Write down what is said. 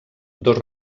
dos